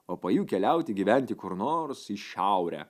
o po jų keliauti gyventi kur nors į šiaurę